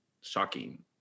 shocking